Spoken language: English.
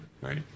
Right